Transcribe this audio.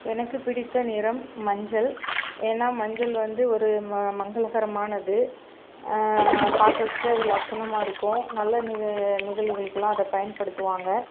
எனக்கு பிடித்த நிறம் மஞ்சள் ஏன்னால் மஞ்சள் வந்து ஒரு ம மங்களகரமானது பார்க்கறதுக்கு அது லட்சணமாக இருக்கும் நல்ல நிக நிகழ்வுகளுக்கெலாம் அதை பயன்படுத்துவாங்க